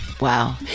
Wow